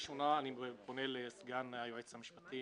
הראשונה, אני פונה לסגן היועץ המשפטי